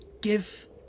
give